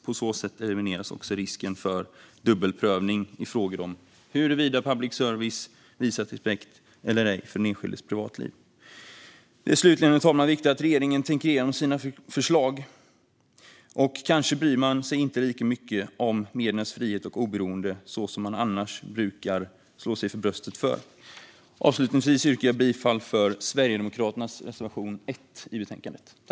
På så sätt elimineras också risken för dubbelprövning i frågor om huruvida public service visat respekt eller ej för den enskildes privatliv. Det är slutligen, herr talman, viktigt att regeringen tänker igenom sina förslag. Kanske bryr man sig inte lika mycket om mediernas frihet och oberoende som man annars brukar slå sig för bröstet för. Avslutningsvis yrkar jag bifall till Sverigedemokraternas reservation 1 i betänkandet.